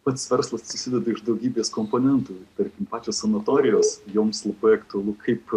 pats verslas susideda iš daugybės komponentų tarkim pačios sanatorijos joms labai aktualu kaip